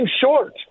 short